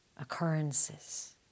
occurrences